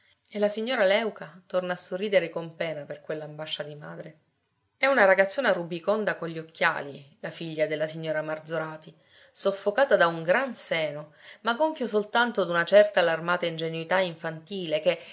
e la signora léuca torna a sorridere con pena per quell'ambascia di madre è una ragazzona rubiconda con gli occhiali la figlia della signora marzorati soffocata da un gran seno ma gonfio soltanto d'una certa allarmata ingenuità infantile che